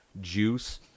Juice